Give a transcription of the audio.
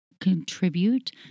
contribute